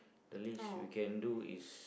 the least we can do is